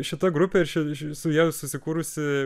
šita grupė ir ši su ja susikūrusi